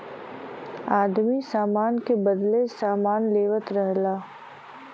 आदमी सामान के बदले सामान लेवत रहल